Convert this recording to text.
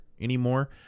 anymore